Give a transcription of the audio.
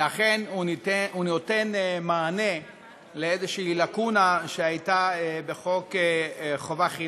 ואכן הוא נותן מענה ללקונה כלשהי שהייתה בחוק לימוד חובה,